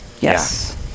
Yes